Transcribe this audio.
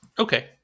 Okay